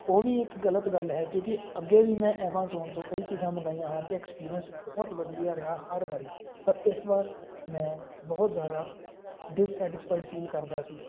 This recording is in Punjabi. ਉਹ ਵੀ ਇੱਕ ਗਲਤ ਗੱਲ ਹੈ ਕਿਉਂਕਿ ਅੱਗੇ ਵੀ ਮੈਂ ਐਮਾਜ਼ੋਨ ਤੋਂ ਕਈ ਚੀਜ਼ਾਂ ਮੰਗਵਾਈਆਂ ਹਨ ਅਤੇ ਐਕਸਪੀਰੀਅੰਸ ਬਹੁਤ ਵਧੀਆ ਰਿਹਾ ਹਰ ਵਾਰੀ ਪਰ ਇਸ ਵਾਰ ਮੈਂ ਬਹੁਤ ਜ਼ਿਆਦਾ ਡਿਸਸੈਟਿਸਫਾਈਡ ਫੀਲ ਕਰਦਾ ਸੀ